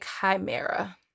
chimera